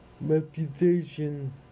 reputation